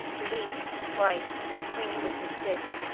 belike his wife, acquainted with his fits,